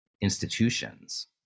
institutions